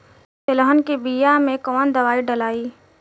तेलहन के बिया मे कवन दवाई डलाई?